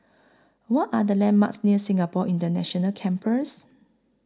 What Are The landmarks near Singapore International Campus